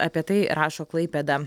apie tai rašo klaipėda